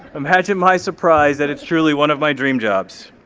imagine my surprise that it's truly one of my dream jobs.